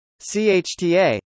CHTA